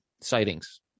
sightings